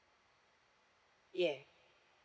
yeah